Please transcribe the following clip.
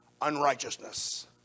unrighteousness